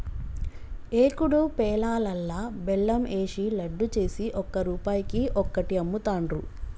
ఏకుడు పేలాలల్లా బెల్లం ఏషి లడ్డు చేసి ఒక్క రూపాయికి ఒక్కటి అమ్ముతాండ్రు